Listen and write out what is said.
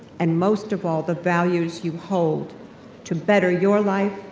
and most of all, the values you hold to better your life,